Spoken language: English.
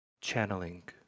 channeling